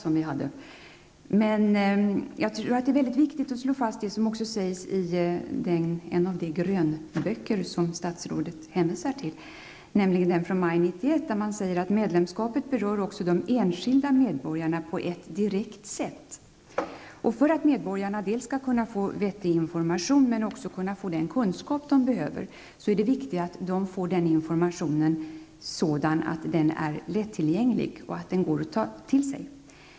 Det är enligt min uppfattning mycket viktigt att slå fast vad som sägs i en av de grönböcker som statsrådet hänvisar till, nämligen den från maj 1991, där man säger att medlemskapet också berör de enskilda medborgarna på ett direkt sätt. För att medborgarna både skall kunna få vettig information och få den kunskap de behöver är det viktigt att informationen är lättillgänglig och att den går att ta till sig.